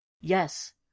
Yes